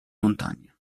montagna